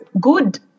good